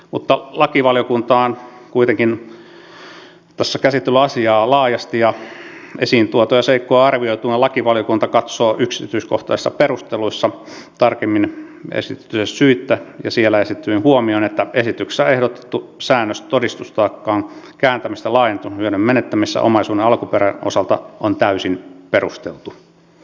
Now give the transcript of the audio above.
mutta lakivaliokunta on kuitenkin tässä käsitellyt asiaa laajasti ja esiin tuotuja seikkoja arvioituaan lakivaliokunta katsoo yksityiskohtaisissa perusteluissa tarkemmin esitetyistä syistä ja esitetyin huomioin että esityksessä ehdotettu säännös todistustaakan kääntämisestä laajentuneessa hyödyn menettämisessä omaisuuden alkuperän osalta on täysin perusteltu